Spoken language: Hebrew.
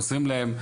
עוזרים להם?